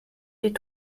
die